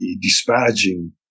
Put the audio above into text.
disparaging